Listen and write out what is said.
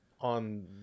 On